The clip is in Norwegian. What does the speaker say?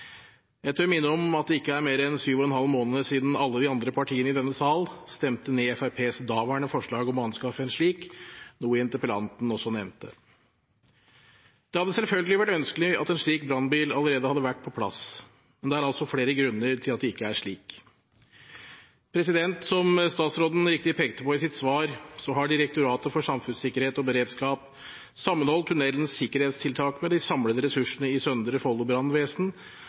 Jeg tør minne om at det ikke er mer enn syv og en halv måned siden alle de andre partiene i denne sal stemte ned Fremskrittspartiets daværende forslag om å anskaffe en slik, noe interpellanten også nevnte. Det hadde selvfølgelig vært ønskelig at en slik brannbil allerede hadde vært på plass, men det er altså flere grunner til at det ikke er slik. Som statsråden riktig pekte på i sitt svar, har Direktoratet for samfunnssikkerhet og beredskap sammenholdt tunnelens sikkerhetstiltak med de samlede ressursene i Søndre Follo Brannvesen